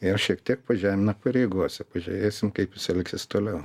ir šiek tiek pažemina pareigose pažiūrėsim kaip jis elgsis toliau